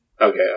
Okay